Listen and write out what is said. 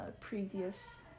previous